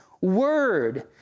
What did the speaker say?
word